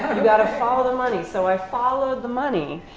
you got to follow the money. so i followed the money.